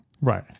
Right